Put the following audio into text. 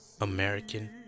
American